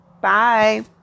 Bye